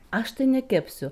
aš tai nekepsiu